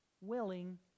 willing